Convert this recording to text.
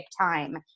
time